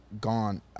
gone